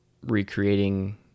recreating